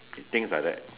things like that